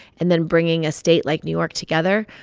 and then bringing a state like new york together,